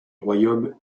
royaume